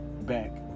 back